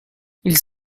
ils